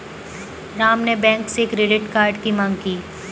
राम ने बैंक से credit card की माँग की